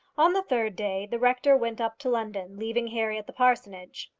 on the third day the rector went up to london, leaving harry at the parsonage.